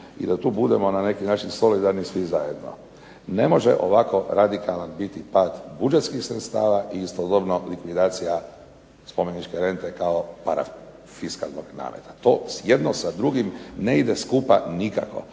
i da tu budemo na neki način solidarni svi zajedno. Ne može ovako biti radikalan pad budžetskih sredstava i istodobno likvidacija spomeničke rente kao parafiskalnog nameta. To jedno sa drugim ne ide skupa nikako.